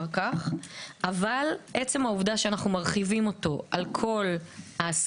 אבל עצם העובדה שאנו מרחיבים אותו על כל העסקים,